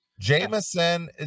Jameson